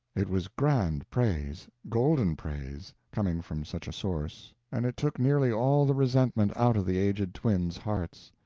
it was grand praise, golden praise, coming from such a source, and it took nearly all the resentment out of the aged twin's hearts.